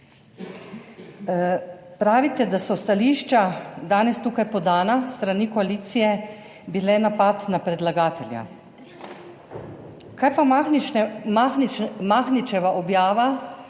Pravite, da so stališča, danes tukaj podana s strani koalicije, bila napad na predlagatelja. Kaj pa Mahničeva objava,